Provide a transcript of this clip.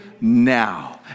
now